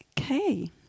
Okay